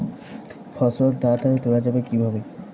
ফসল তাড়াতাড়ি তোলা যাবে কিভাবে?